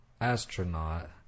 astronaut